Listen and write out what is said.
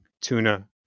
tuna